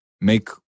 make